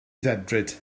ddedfryd